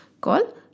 called